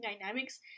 dynamics